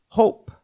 hope